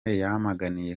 yamaganiye